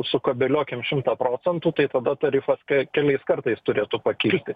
sukabeliuokim šimtą procentų tai tada tarifas kai keliais kartais turėtų pakilti